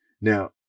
Now